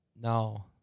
No